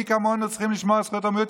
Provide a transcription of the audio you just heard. מי כמונו צריכים לשמור על זכויות המיעוט,